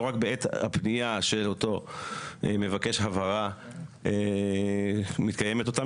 לא רק בעת הפנייה של אותו מבקש הבהרה מתקיימת אותה